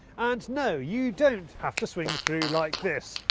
and no you don't have to swing through like this,